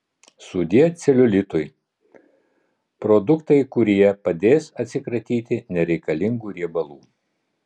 sudie celiulitui produktai kurie padės atsikratyti nereikalingų riebalų